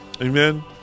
Amen